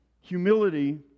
Humility